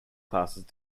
classes